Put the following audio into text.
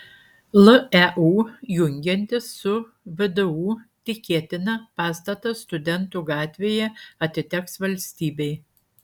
leu jungiantis su vdu tikėtina pastatas studentų gatvėje atiteks valstybei